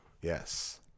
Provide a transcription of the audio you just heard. Yes